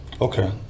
Okay